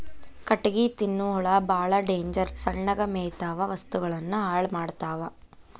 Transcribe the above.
ಕಟಗಿ ತಿನ್ನು ಹುಳಾ ಬಾಳ ಡೇಂಜರ್ ಸಣ್ಣಗ ಮೇಯತಾವ ವಸ್ತುಗಳನ್ನ ಹಾಳ ಮಾಡತಾವ